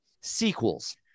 sequels